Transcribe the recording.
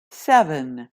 seven